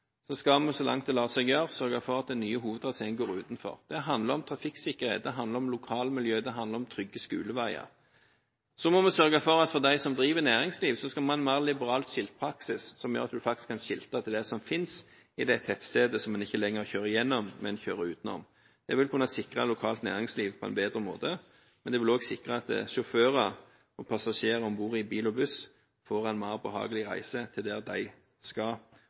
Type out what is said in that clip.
skal en så langt det lar seg gjøre, sørge for at den nye hovedtraseen går utenfor. Det handler om trafikksikkerhet, det handler om lokalmiljø, det handler om trygge skoleveier. Så må vi sørge for at for dem som driver næringsliv, skal vi ha en mer liberal skiltpraksis, som gjør at en faktisk kan skilte til det som finnes i det tettstedet som en ikke lenger kjører gjennom, men kjører utenom. Det vil kunne sikre lokalt næringsliv på en bedre måte, men det vil også sikre at sjåfører og passasjerer om bord i bil og buss får en mer behagelig reise dit de skal, og ikke tvinges gjennom tettsted de